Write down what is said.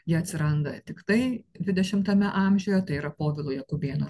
jie atsiranda tiktai dvidešimtame amžiuje tai yra povilo jakubėno